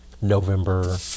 November